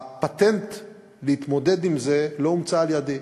הפטנט להתמודד עם זה לא הומצא על-ידי,